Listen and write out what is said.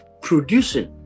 producing